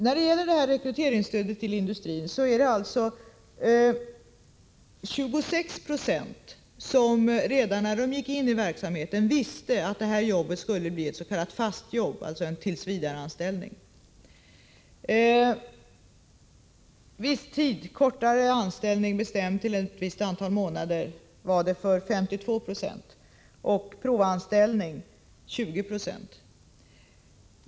När det gäller rekryteringsstödet till industrin visste 26 26 redan när de gick in i verksamheten att jobbet skulle bli ett så kallat fastjobb, alltså en tillsvidareanställning. För 52 96 innebar detta viss tids anställning, dvs. kortare anställning bestämd till ett visst antal månader, och för 20 96 innebar det provanställning.